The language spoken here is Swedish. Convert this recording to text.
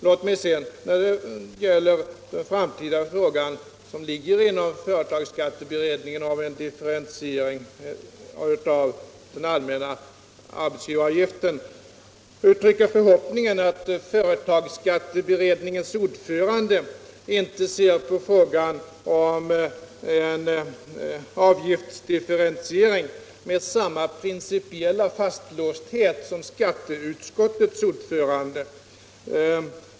När det sedan gäller frågan om en differentiering av den allmänna arbetsgivaravgiften vill jag uttrycka förhoppningen att företagsskatteberedningens ordförande inte ser på frågan om en avgiftsdifferentiering med samma principiella fastlåsthet som skatteutskottets ordförande.